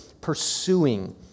pursuing